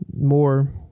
more